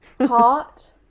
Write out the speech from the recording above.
heart